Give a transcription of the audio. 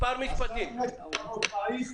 השר אימץ את המלצות רייך.